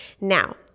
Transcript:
Now